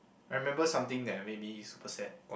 I remember something that made me super sad